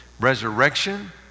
resurrection